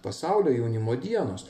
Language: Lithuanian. pasaulio jaunimo dienos